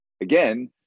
again